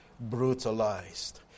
Brutalized